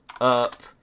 up